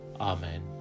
Amen